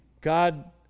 God